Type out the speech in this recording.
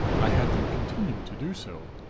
i had them continue to do so.